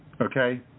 okay